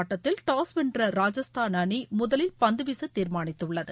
ஆட்டத்தில் டாஸ் வென்ற ராஜஸ்தான் அணி முதலில் பந்து வீச தீர்மானித்துள்ளது